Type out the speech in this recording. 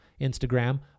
Instagram